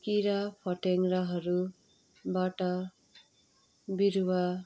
किराफट्याङ्ग्राहरूबाट बिरुवा